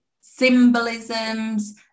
symbolisms